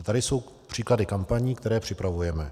Tady jsou příklady kampaní, které připravujeme.